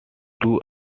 two